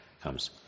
comes